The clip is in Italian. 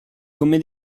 come